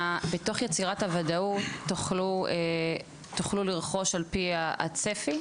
בתוך יצירת הוודאות תוכלו לרכוש על פי הצפי?